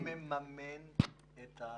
הוא מממן את הטיפולים,